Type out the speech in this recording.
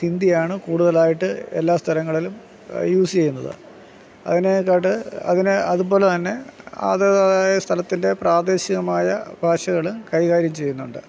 ഹിന്ദി ആണ് കൂടുതലായിട്ട് എല്ലാ സ്ഥലങ്ങളിലും യൂസ് ചെയ്യുന്നത് അതിനെകാട്ടിലും അതിനെ അതുപോലെ തന്നെ അതേതായ സ്ഥലത്തിൻ്റെ പ്രാദേശികമായ ഭാഷകൾ കൈകാര്യം ചെയ്യുന്നുണ്ട്